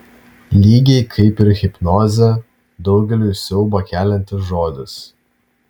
lygiai kaip ir hipnozė daugeliui siaubą keliantis žodis